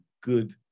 good